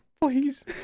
please